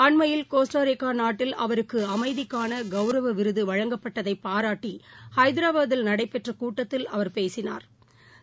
அண்மையில் கோஸ்டாரிக்காநாட்டில் அவருக்கு அமைதிக்கான கௌரவவிருதுவழங்கப்பட்டதைபாராட்டி ஹதாபாத்தில் நடைபெற்றகப்ட்டத்தில் அவர் பேசினா்